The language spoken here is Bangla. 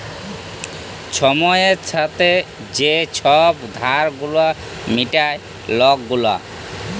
ছময়ের ছাথে যে ছব ধার গুলা মিটায় লক গুলা